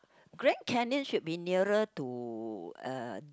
Grand Canyon should be nearer to a